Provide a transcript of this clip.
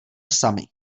samy